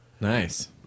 Nice